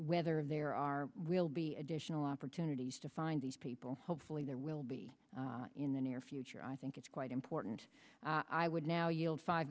whether there are will be additional opportunities to find these people hopefully there will be in the near future i think it's quite important i would now yield five